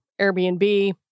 Airbnb